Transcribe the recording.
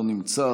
לא נמצא,